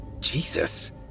Jesus